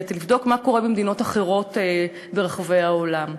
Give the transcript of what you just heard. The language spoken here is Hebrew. לבדוק מה קורה במדינות אחרות ברחבי העולם.